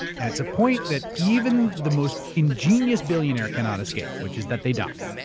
and it's a point that even the most ingenious billionaire cannot escape, which is that they die,